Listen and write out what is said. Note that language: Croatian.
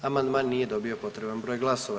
Amandman nije dobio potreban broj glasova.